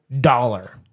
dollar